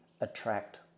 attract